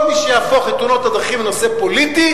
כל מי שיהפוך את תאונות הדרכים לנושא פוליטי